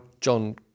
John